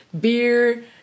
beer